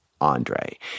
Andre